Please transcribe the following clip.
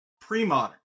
pre-modern